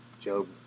Job